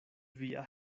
via